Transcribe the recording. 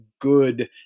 good